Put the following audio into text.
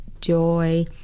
joy